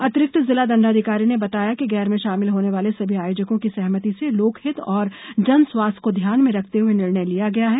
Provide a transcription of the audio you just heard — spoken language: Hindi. अतिरिक्त जिला दंडाधिकारी ने बताया कि गेर में षामिल होने वाले सभी आयोजकों की सहमति से लोकहित और जन स्वास्थ्य को ध्यान में रखते हुए यह निर्णय लिया गया है